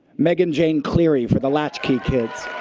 meaghan jane cleary for the latchkey kids.